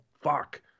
fuck